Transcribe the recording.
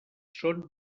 són